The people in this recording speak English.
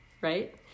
right